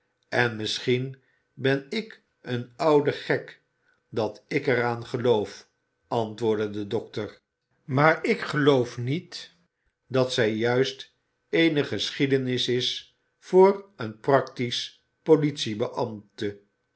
en misschien ben ik een oude gek dat ik er aan geloof antwoordde de dokter maar ik geloof niet dat zij juist eene geschiedenis is voor een practisch